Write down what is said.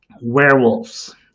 Werewolves